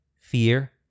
fear